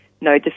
no